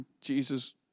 Jesus